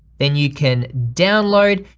then you can download,